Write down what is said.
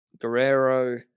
Guerrero